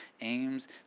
aims